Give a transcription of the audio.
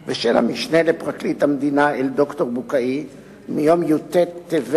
ממשלת ישראל ושל כל מי שתומך בהצעת החוק הזאת.